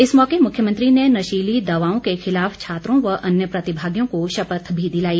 इस मौके मुख्यमंत्री ने नशीली दवाओं के खिलाफ छात्रों व अन्य प्रतिभागियों को शपथ भी दिलाई